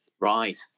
Right